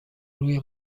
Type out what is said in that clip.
روی